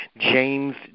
James